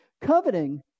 coveting